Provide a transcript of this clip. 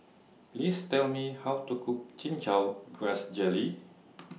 Please Tell Me How to Cook Chin Chow Grass Jelly